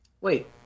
wait